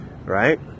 Right